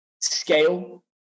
Scale